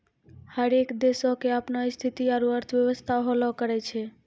हरेक देशो के अपनो स्थिति आरु अर्थव्यवस्था होलो करै छै